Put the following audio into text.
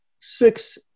six